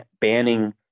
banning